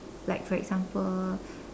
like for example